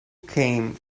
came